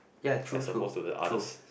ya true true true